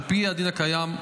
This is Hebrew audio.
על פי הדין הקיים,